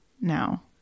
now